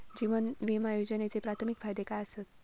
जीवन विमा योजनेचे प्राथमिक फायदे काय आसत?